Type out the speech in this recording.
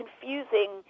confusing